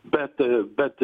bet bet